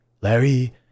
Larry